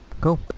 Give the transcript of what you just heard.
cool